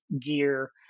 gear